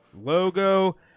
logo